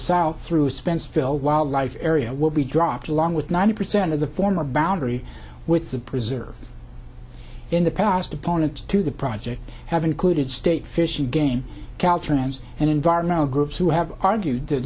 south through spence phil wildlife area will be dropped along with ninety percent of the former boundary with the preserve in the past opponent to the project have included state fish and game caltrans and environmental groups who have argued that